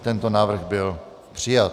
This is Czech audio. Tento návrh byl přijat.